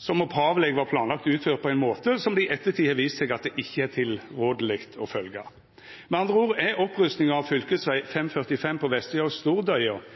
som opphavleg var planlagd utført på ein måte som det i ettertid har vist seg at det ikkje er tilrådeleg å følgja. Med andre ord er opprustinga av fv. 545 på vestsida av Stordøya